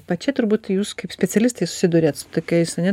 va čia turbūt jūs kaip specialistai susiduriat su tokiais ane